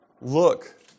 look